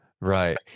Right